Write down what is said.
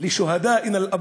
תהילה וחיי נצח לשהידים החפים